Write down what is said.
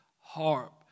harp